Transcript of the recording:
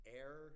air